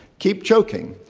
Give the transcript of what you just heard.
keep choking.